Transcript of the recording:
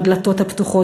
הדלתות הפתוחות,